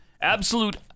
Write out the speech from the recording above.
absolute